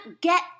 get